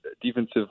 defensive